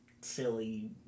silly